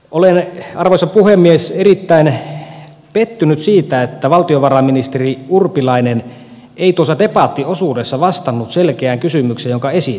olen arvoisa puhemies erittäin pettynyt siitä että valtiovarainministeri urpilainen ei debattiosuudessa vastannut selkeään kysymykseen jonka esitin